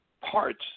parts